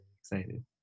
excited